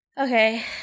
Okay